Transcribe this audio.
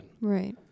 Right